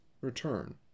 return